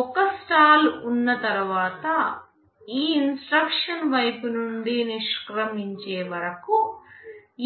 ఒక స్టాల్ ఉన్న తర్వాత ఈ ఇన్స్ట్రక్షన్ పైపు నుండి నిష్క్రమించే వరకు